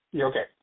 okay